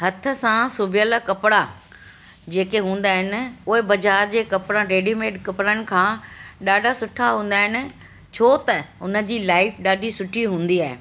हथ सां सिबियलु कपिड़ा जेके हूंदा आहिनि उहे बाज़ारि जे कपिड़ा रेडीमेड कपड़नि खां ॾाढा सुठा हूंदा आहिनि छो त हुन जी लाइफ ॾाढी सुठी हूंदी आहे